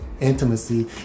intimacy